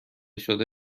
شده